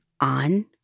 on